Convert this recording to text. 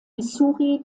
missouri